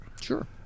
sure